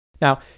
Now